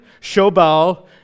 Shobal